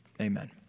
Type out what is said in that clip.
amen